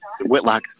Whitlock